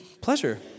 pleasure